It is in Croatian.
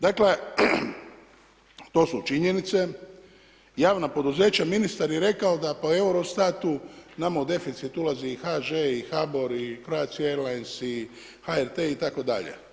Dakle, to su činjenice, javna poduzeća, ministar je rekao da po Eurostatu nama u deficit ulazi i HŽ i HBOR i Croatia airlines i HRT itd.